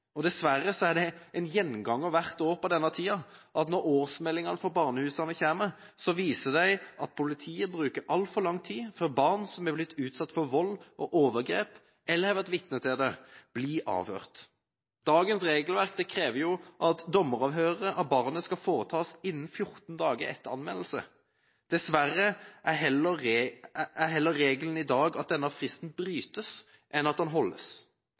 nå. Dessverre er det en gjenganger hvert år på denne tida at når årsmeldingene fra barnehusene kommer, viser de at politiet bruker altfor lang tid før barn som har blitt utsatt for vold og overgrep eller har vært vitne til det, blir avhørt. Dagens regelverk krever at dommeravhøret av barnet skal foretas innen 14 dager etter anmeldelse. Dessverre er regelen i dag snarere at denne fristen brytes, enn at den holdes.